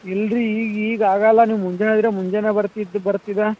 ಇಲ್ರಿ ಈಗ ಈಗ ಆಗೋಲ್ಲ ನೀವು ಮುಂಜಾನೆ ಹೇಳಿದ್ರ ಮುಂಜಾನೆ ಬರ್ತಿದ್ದೆ ಬರ್ತಿದ್ದ